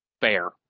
fair